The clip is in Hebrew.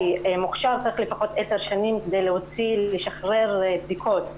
להיות גנטיקאי מוכשר צריך לפחות עשר שנים כדי לשחרר בדיקות.